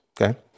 okay